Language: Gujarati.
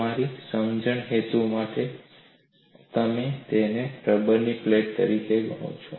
તમારી સમજણના હેતુ માટે તમે તેને રબરની પ્લેટ તરીકે ગણી શકો છો